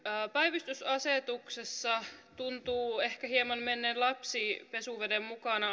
päivystysasetuksessa tuntuu ehkä hieman menneen lapsi pesuveden mukana